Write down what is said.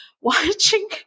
watching